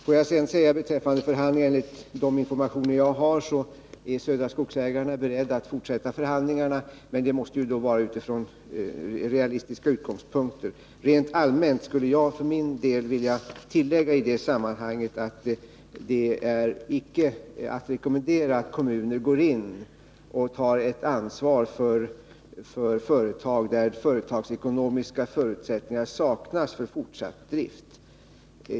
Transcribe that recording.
Får jag sedan beträffande förhandlingarna säga att enligt den information jag har är Södra Skogsägarna berett att fortsätta dessa, men det måste då ske utifrån realistiska utgångspunkter. Rent allmänt skulle jag för min del i det sammanhanget vilja tillägga att det icke är att rekommendera att kommuner går in och tar ett ansvar för företag där företagsekonomiska förutsättningar för fortsatt drift saknas.